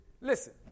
listen